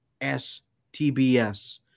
stbs